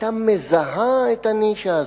היתה מזהה את הנישה הזאת,